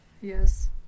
Yes